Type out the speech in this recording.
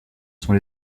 sont